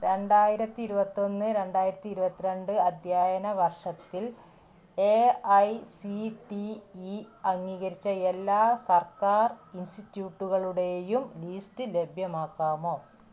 രണ്ടായിരത്തി ഇരുപത്തൊന്ന് രണ്ടായിരത്തി ഇരുപത്തിരണ്ട് അധ്യയന വർഷത്തിൽ A I C T E അംഗീകരിച്ച എല്ലാ സർക്കാർ ഇൻസ്റ്റിറ്റ്യൂട്ടുകളുടെയും ലിസ്റ്റ് ലഭ്യമാക്കാമോ